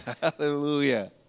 Hallelujah